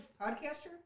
podcaster